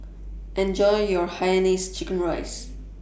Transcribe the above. Enjoy your Hainanese Chicken Rice